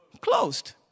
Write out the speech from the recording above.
Closed